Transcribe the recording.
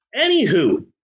Anywho